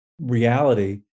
reality